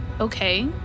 Okay